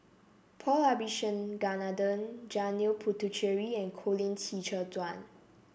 Paul Abisheganaden Janil Puthucheary and Colin Qi Zhe Quan